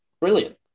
Brilliant